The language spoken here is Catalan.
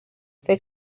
fer